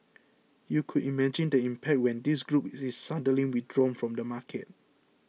you could imagine the impact when this group is suddenly withdrawn from the market